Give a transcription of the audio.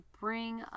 bring